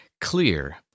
clear